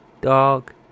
dog